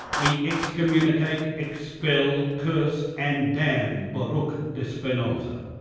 we excommunicate, expel, curse and damn baruch de spinoza,